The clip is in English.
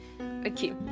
okay